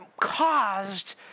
caused